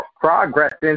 progressing